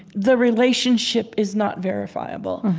the relationship is not verifiable.